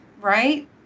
Right